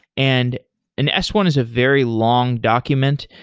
and an s one is a very long document.